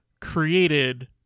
created